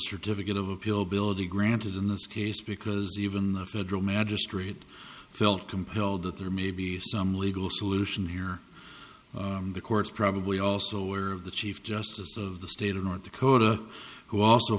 certificate of appeal below the granted in this case because even the federal magistrate felt compelled that there may be some legal solution here the court's probably also aware of the chief justice of the state of north dakota who also